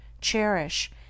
cherish